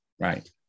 Right